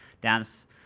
dance